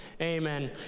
Amen